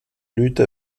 lutte